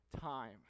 time